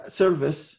service